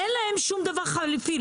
אין להם שום דבר חליפי,